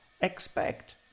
expect